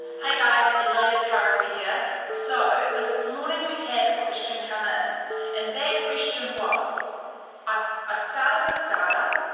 hey guys lilia tarawa here, so this morning we had a question come in and that question was i've i've started a start-up,